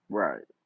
right